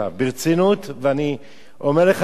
ואני אומר לך שכולנו התגעגענו אליך,